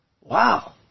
Wow